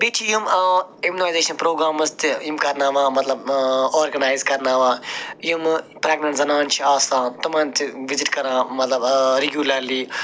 بیٚیہِ چھِ یِم اِمنایزیشن پرٛاگرامٕز تہِ یِم کَرناوان مطلب آرگٕنایز کرناوان یِمہٕ پرٛٮ۪گنٮ۪نٛٹ زنان چھِ آسان تِمن چھِ وِزِٹ کَران مطلب رِگیوٗلَرلی